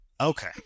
Okay